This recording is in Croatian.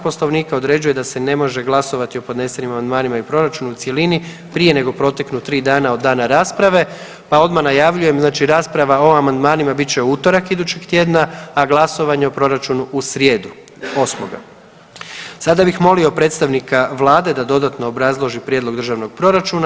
Poslovnika određuje da se ne može glasovati o podnesenim amandmanima i proračunu u cjelini prije nego proteknu 3 dana od dana rasprave pa odmah najavljujem znači rasprava o amandmanima bit će u utorak idućeg tjedna, a glasovanje o proračunu u srijedu 8. Sada bih molio predstavnika vlade da dodatno obrazloži prijedlog državnog proračuna.